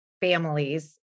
families